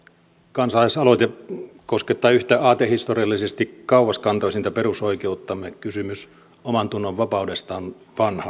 kansalaisaloite koskettaa yhtä aatehistoriallisesti kauaskantoisinta perusoikeuttamme kysymys omantunnonvapaudesta on on